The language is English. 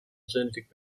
genetic